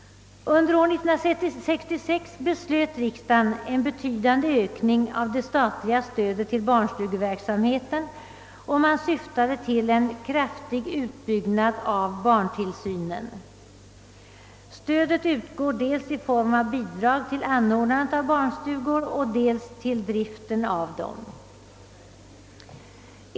Under år 1966 beslöt riksdagen en betydande ökning av det statliga stödet till barnstugeverksamheten, och man syftade till en kraftig utbyggnad av barntillsynen. Stödet utgår dels i form av bidrag till anordnandet av barnstugor och dels till driften av dessa.